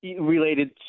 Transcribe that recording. related